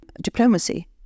diplomacy